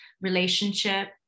relationship